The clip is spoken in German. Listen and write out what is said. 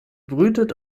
brütet